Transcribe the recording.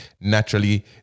naturally